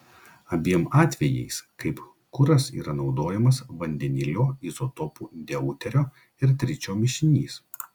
abiem atvejais kaip kuras yra naudojamas vandenilio izotopų deuterio ir tričio mišinys